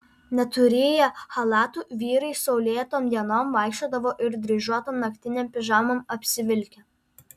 neturėję chalatų vyrai saulėtom dienom vaikščiodavo ir dryžuotom naktinėm pižamom apsivilkę